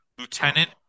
Lieutenant